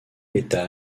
état